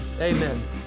amen